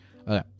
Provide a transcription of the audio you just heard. Okay